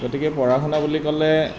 গতিকে পঢ়া শুনা বুলি ক'লে